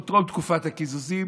עוד טרום תקופת הקיזוזים,